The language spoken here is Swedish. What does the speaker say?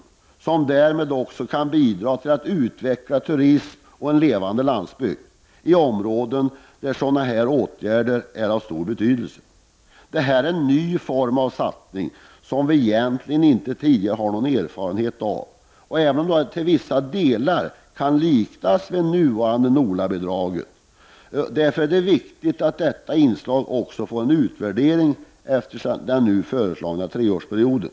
Därmed får vi också ett bidrag när det gäller att utveckla turismen och en levande landsbygd i områden där åtgärder av detta slag är av stor betydelse. Det här är en ny form av satsning som vi egentligen inte har någon erfarenhet av från tidigare. I och för sig påminner detta i viss mån om det nuvarande NOLA-bidraget. Därför är det viktigt att detta inslag också utvärderas efter den föreslagna treårsperioden.